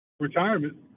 retirement